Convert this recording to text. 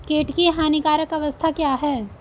कीट की हानिकारक अवस्था क्या है?